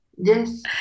Yes